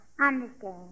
Understand